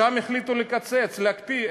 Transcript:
שם החליטו לקצץ, להקפיא.